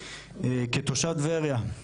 כתושב טבריה,